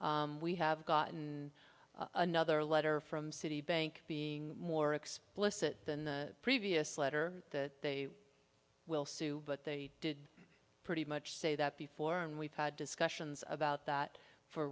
tonight we have gotten another letter from citibank being more explicit than the previous letter that they will sue but they did pretty much say that before and we've had discussions about that for